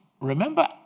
Remember